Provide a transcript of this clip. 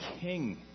king